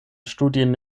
studien